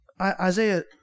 Isaiah